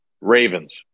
Ravens